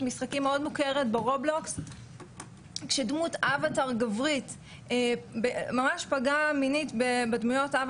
זה דברים שהיום המדדים למעשה אחרי ההתפתחות הטכנולוגית,